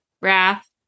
Wrath